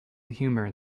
humor